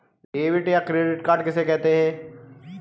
Debit या credit card किसे कहते हैं?